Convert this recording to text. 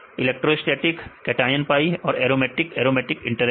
electrostatic cation pi और aromatic aromatic interaction